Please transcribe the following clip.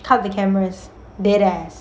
cut the cameras big ass